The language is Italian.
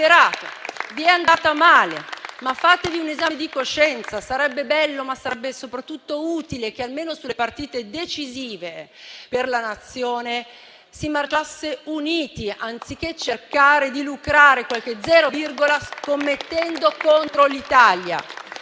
Vi è andata male. Fatevi un esame di coscienza. Sarebbe bello, ma sarebbe soprattutto utile che, almeno sulle partite decisive per la Nazione, si marciasse uniti, anziché cercare di lucrare qualche zero virgola, scommettendo contro l'Italia.